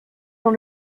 dans